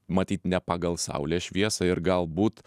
matyt ne pagal saulės šviesą ir galbūt